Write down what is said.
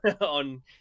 on